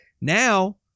Now